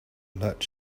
but